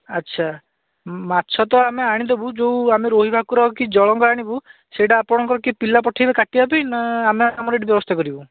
ଆଚ୍ଛା ମାଛ ତ ଆମେ ଆଣିଦେବୁ ଆମେ ଆମେ ରୋହି ଭାକୁର କି ଜଳଙ୍ଗ ଆଣିବୁ ସେଇଟା ଆପଣଙ୍କର କିଏ ପିଲା ପଠେଇବେ କାଟିବା ପାଇଁ ନା ଆମେ ଆମର ଏଠି ବ୍ୟବସ୍ଥା କରିବୁ